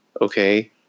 Okay